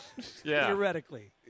theoretically